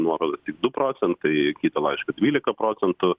nuorodą tik du procentai kitą laišką dvylika procentų